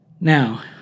Now